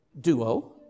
duo